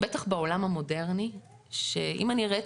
בטח בעולם המודרני שאם אני אראה את